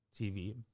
TV